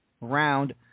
round